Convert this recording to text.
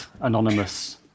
Anonymous